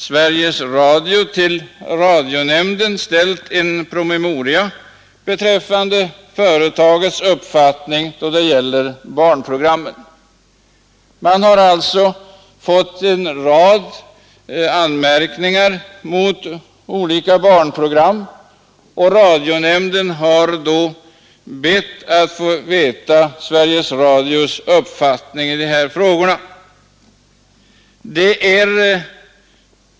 Sveriges Radio har till radionämnden utarbetat en PM beträffande företagets uppfattning då det gäller dessa. Man har fått en rad anmärkningar mot olika barnprogram, och radionämnden har då bett att få veta Sveriges Radios uppfattning i dessa frågor.